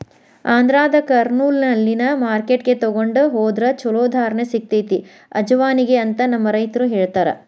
ಆಂಧ್ರದ ಕರ್ನೂಲ್ನಲ್ಲಿನ ಮಾರ್ಕೆಟ್ಗೆ ತೊಗೊಂಡ ಹೊದ್ರ ಚಲೋ ಧಾರಣೆ ಸಿಗತೈತಿ ಅಜವಾನಿಗೆ ಅಂತ ನಮ್ಮ ರೈತರು ಹೇಳತಾರ